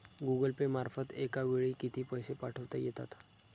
Google Pay मार्फत एका वेळी किती पैसे पाठवता येतात?